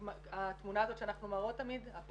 התמונה הזאת שאנחנו מראות תמיד,